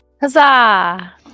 Huzzah